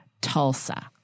Tulsa